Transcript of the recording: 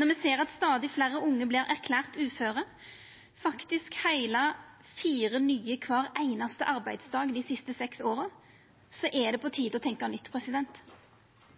Når me ser at stadig fleire unge vert erklært uføre – faktisk heile fire nye kvar einaste arbeidsdag dei siste seks åra – er det på tide å tenkja nytt.